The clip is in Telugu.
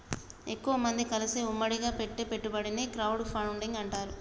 ఎక్కువమంది కలిసి ఉమ్మడిగా పెట్టే పెట్టుబడిని క్రౌడ్ ఫండింగ్ అంటారు